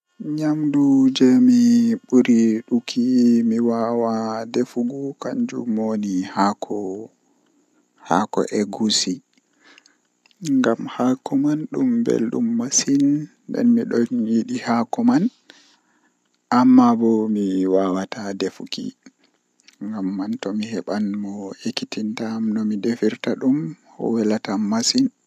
Ndikkinami mi jooda haa nder suudu be hundeeji boima heba mi nana ko be nanata wakkati mabbe wakkati bedon joodi haa nder maajum, Amma haa dow hoosere mi anda dabbaaji toi woni ton wawan hunde feere wurta nawna mi malla hulnami.